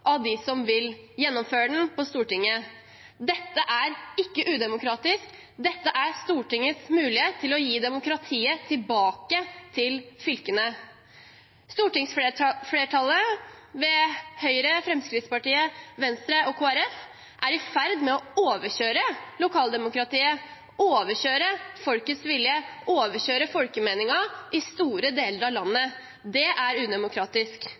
av dem på Stortinget som vil gjennomføre den. Dette er ikke udemokratisk, dette er Stortingets mulighet til å gi demokratiet tilbake til fylkene. Stortingsflertallet, ved Høyre, Fremskrittspartiet, Venstre og Kristelig Folkeparti, er i ferd med å overkjøre lokaldemokratiet, overkjøre folkets vilje, overkjøre folkemeningen i store deler av landet. Det er udemokratisk.